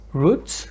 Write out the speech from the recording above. roots